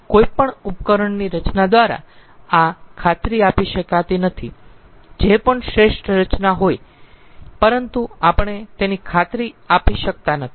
કોઈ પણ ઉપકરણની રચના દ્વારા આ ખાતરી આપી શકાતી નથી જે પણ શ્રેષ્ઠ રચના હોઈ પરંતુ આપણે તેની ખાતરી આપી શકતા નથી